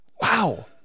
Wow